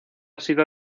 sido